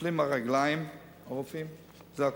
נופלים מהרגליים הרופאים, זו הכותרת.